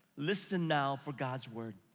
listen now for god's word.